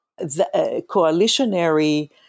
coalitionary